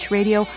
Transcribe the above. Radio